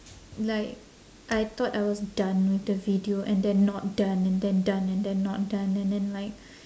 like I thought I was done with the video and then not done and then done and then not done and then like